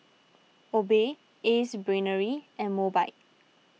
Obey Ace Brainery and Mobike